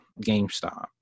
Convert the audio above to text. GameStop